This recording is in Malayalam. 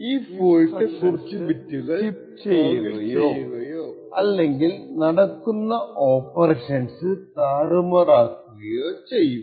ഈ ഫോൾട്ട് കുറച്ചു ബിറ്റുകൾ ടോഗ്ൾ ചെയ്യുകയോ കുറച്ച ഇൻസ്ട്രക്ഷൻസ് സ്കിപ്പ് ചെയ്യുകയോ അല്ലെങ്കിൽ നടക്കുന്ന ഓപ്പറേഷൻസ് താറുമാറാക്കുകയോ ചെയ്യും